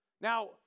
Now